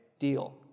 deal